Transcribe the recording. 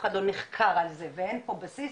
אף אחד לא נחקר על זה ואין פה בסיס,